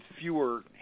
fewer